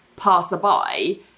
passerby